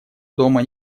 дома